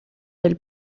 del